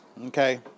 Okay